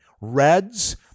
Reds